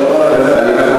לא ראיתי.